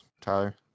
Tyler